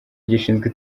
gishinzwe